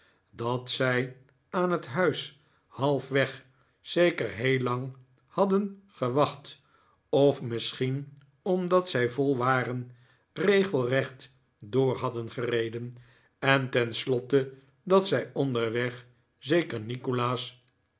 dat zij aan het huis halfweg zeker heel lang hadden gewacht of misschien omdat zij vol waren regelrecht door hadden gereden en tenslotte dat zij onderweg zeker nikolaas